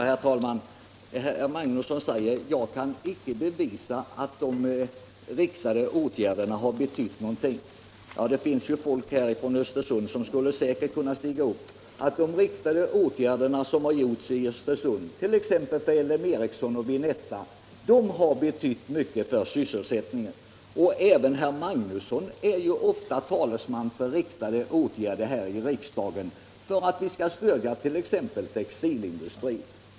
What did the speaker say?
Herr talman! Herr Magnusson i Borås säger att jag inte kan bevisa att de riktade åtgärderna har betytt någonting. Här finns folk från Ös-. tersund som säkert skulle kunna vittna om att de riktade åtgärder som vidtagits i Östersund — t.ex. för LM Ericsson och Vinetta — har betytt mycket för sysselsättningen. Även herr Magnusson talar ju ofta här i riksdagen för riktade åtgärder, t.ex. för att vi skall stödja textilindustrin.